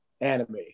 anime